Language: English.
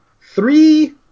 Three